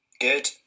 Good